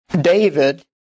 David